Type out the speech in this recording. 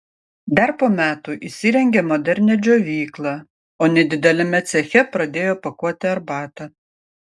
dar po metų įsirengė modernią džiovyklą o nedideliame ceche pradėjo pakuoti arbatą